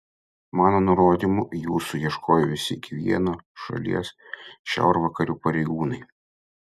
mano nurodymu jūsų ieškojo visi iki vieno šalies šiaurvakarių pareigūnai